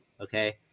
okay